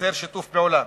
שתייצר שיתוף פעולה,